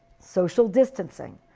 social distancing.